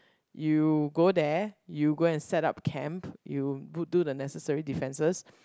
you go there you go and set up camp you do the necessary defences